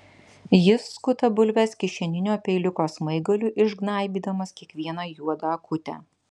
jis skuta bulves kišeninio peiliuko smaigaliu išgnaibydamas kiekvieną juodą akutę